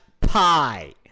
pie